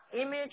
image